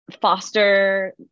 foster